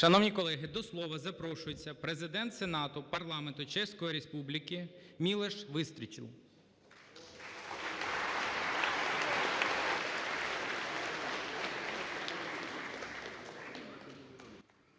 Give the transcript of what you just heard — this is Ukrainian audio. Шановні колеги, до слова запрошується президент Сенату парламенту Чеської Республіки Мілош Вистрчіл.